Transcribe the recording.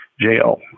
jail